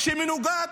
מנוגד